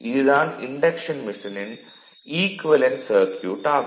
இது தான் இன்டக்ஷன் மெஷினின் ஈக்குவேலன்ட் சர்க்யூட் ஆகும்